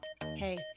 Hey